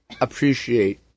appreciate